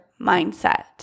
mindset